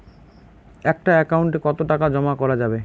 একটা একাউন্ট এ কতো টাকা জমা করা যাবে?